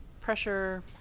pressure